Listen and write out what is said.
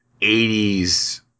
80s